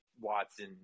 Watson